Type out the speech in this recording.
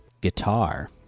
Guitar